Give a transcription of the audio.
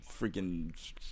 freaking